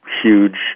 huge